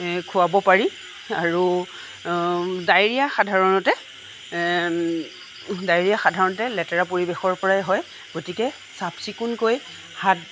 খোৱাব পাৰি আৰু ডায়েৰিয়া সাধাৰণতে ডায়েৰিয়া সাধাৰণতে লেতেৰা পৰিৱেশৰ পৰাই হয় গতিকে চাফ চিকুণকৈ হাত